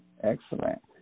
excellent